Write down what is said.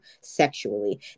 sexually